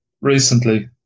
recently